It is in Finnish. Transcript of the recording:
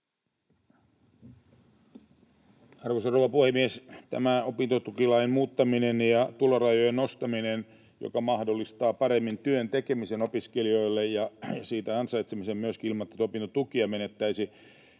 Arvoisa rouva puhemies! Tämä opintotukilain muuttaminen ja tulorajojen nostaminen, joka mahdollistaa paremmin työn tekemisen opiskelijoille ja siitä ansaitsemisen myöskin ilman, että opintotukea menettäisi,